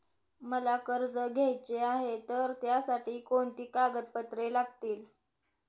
मला कर्ज घ्यायचे आहे तर त्यासाठी कोणती कागदपत्रे लागतील?